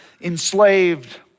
enslaved